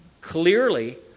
Clearly